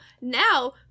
now